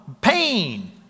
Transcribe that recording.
Pain